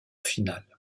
finale